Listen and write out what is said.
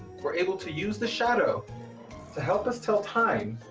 we're able to use the shadow to help us tell time.